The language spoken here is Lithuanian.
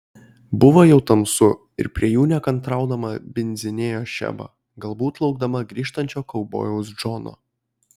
buvo jau tamsu ir prie jų nekantraudama bindzinėjo šeba galbūt laukdama grįžtančio kaubojaus džono